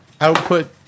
Output